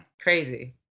Crazy